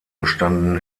bestanden